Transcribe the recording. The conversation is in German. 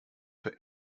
für